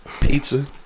pizza